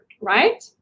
right